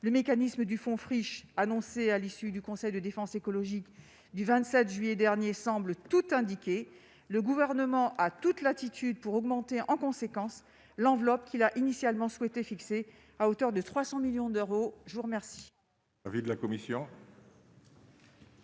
le mécanisme du fonds friche à l'issue du conseil de défense écologique du 27 juillet dernier semble tout indiqué le gouvernement a toute latitude pour augmenter en conséquence l'enveloppe qu'il a initialement souhaité fixer à hauteur de 300 millions d'euros, je vous remercie.